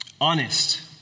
Honest